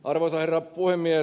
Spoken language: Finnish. arvoisa herra puhemies